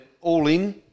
all-in